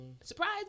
surprise